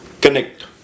connect